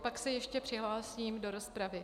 Pak se ještě přihlásím do rozpravy.